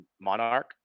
Monarch